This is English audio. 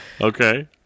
Okay